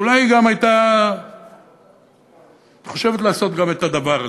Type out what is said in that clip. אולי היא הייתה חושבת לעשות גם את הדבר הזה.